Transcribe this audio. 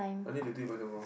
what if you do it by tomorrow